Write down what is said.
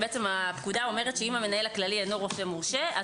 הפקודה אומרת שאם המנהל הכללי אינו רופא מורשה,